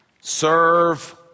Serve